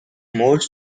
more